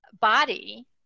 body